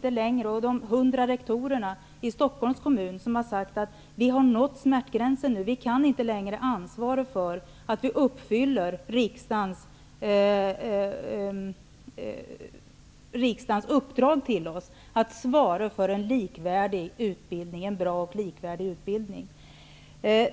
för. De 100 rektorerna i Stockholms stad har sagt att de nu har nått smärtgränsen och inte längre kan ansvara för att de fullgör riksdagens uppdrag till dem att ge en bra och likvärdig utbildning.